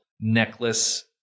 necklace